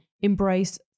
embrace